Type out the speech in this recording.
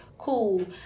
cool